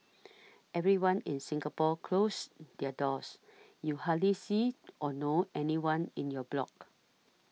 everyone in Singapore closes their doors you hardly see or know anyone in your block